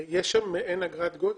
אין אגרת גודש.